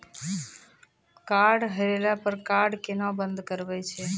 Card हेरैला पर card केना बंद करबै छै?